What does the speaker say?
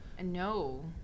No